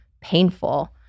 painful